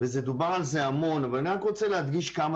ודובר על זה המון אבל אני רוצה להדגיש כמה